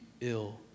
ill